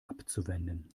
abzuwenden